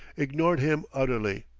ignored him utterly.